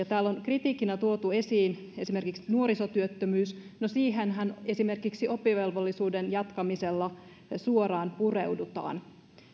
täällä on kritiikkinä tuotu esiin esimerkiksi nuorisotyöttömyys no siihenhän esimerkiksi oppivelvollisuuden jatkamisella suoraan pureudutaan